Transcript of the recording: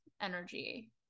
energy